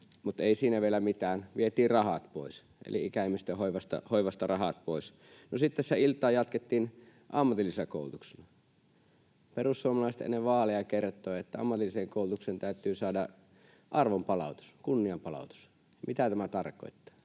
mutta ei siinä vielä mitään, vietiin rahat pois, eli ikäihmisten hoivasta rahat pois. No sitten iltaa jatkettiin ammatillisella koulutuksella. Perussuomalaiset ennen vaaleja kertoi, että ammatilliseen koulutukseen täytyy saada arvonpalautus, kunnianpalautus. Mitä tämä tarkoittaa?